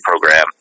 program